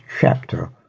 chapter